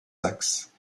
saxe